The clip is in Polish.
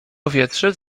powietrze